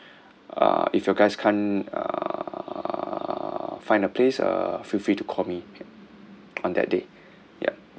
uh if you guys can't uh find the place uh feel free to call me on that day yup